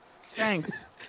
Thanks